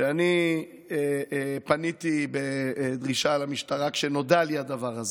שאני פניתי בדרישה למשטרה כשנודע לי הדבר הזה,